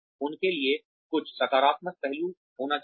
उनके लिए कुछ सकारात्मक पहलू होना चाहिए